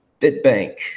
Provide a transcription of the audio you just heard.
BitBank